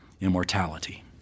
immortality